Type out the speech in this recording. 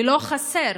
ולא חסרים,